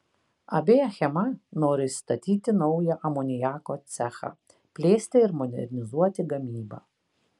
ab achema nori statyti naują amoniako cechą plėsti ir modernizuoti gamybą